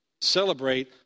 Celebrate